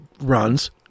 runs